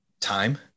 time